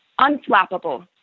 unflappable